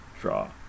draw